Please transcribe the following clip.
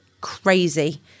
crazy